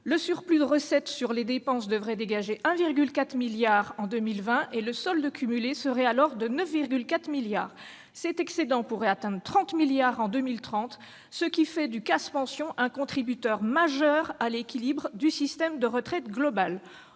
le surplus de recettes sur les dépenses devrait dégager 1,4 milliard d'euros en 2020 et le solde cumulé serait alors de 9,4 milliards d'euros. Cet excédent pourrait atteindre 30 milliards d'euros en 2030, ce qui fait du CAS « Pensions » un contributeur majeur à l'équilibre du système de retraite global.